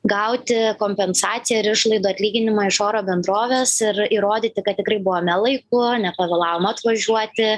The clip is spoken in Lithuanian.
gauti kompensaciją ir išlaidų atlyginimą iš oro bendrovės ir įrodyti kad tikrai buvome laiku nepavėlavom atvažiuoti